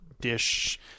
dish